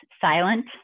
silent